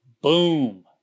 boom